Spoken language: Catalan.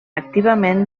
activament